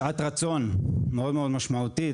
שעת רצון מאוד מאוד משמעותית,